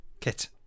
Kit